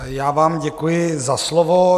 Já vám děkuji za slovo.